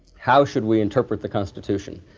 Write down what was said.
how should we interpret the constitution?